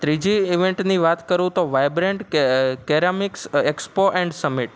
ત્રીજી ઈવેન્ટની વાત કરું તો વાઈબ્રન્ટ કે અ કેરામિક્સ એક્સપો એન્ડ સમિટ